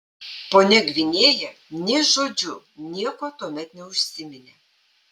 ponia gvinėja nė žodžiu nieko tuomet neužsiminė